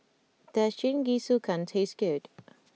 does Jingisukan taste good